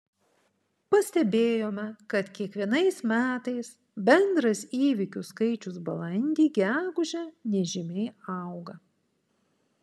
pastebėjome kad kiekvienais metais bendras įvykių skaičius balandį gegužę nežymiai auga